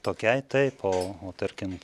tokiai taip o o tarkim